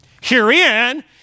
Herein